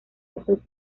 osos